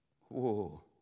Whoa